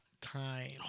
Time